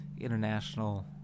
international